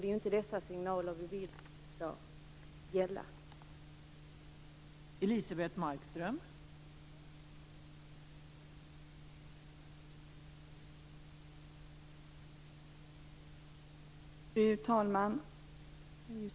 Det är inte dessa signaler vi vill skall gälla.